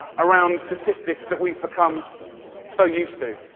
around the statistics that we've become so used to.